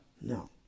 No